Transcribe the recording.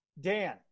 Dan